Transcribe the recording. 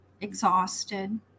Exhausted